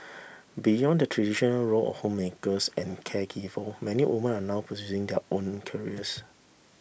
beyond the traditional role of homemakers and caregiver many women are now pursuing their own careers